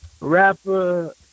rapper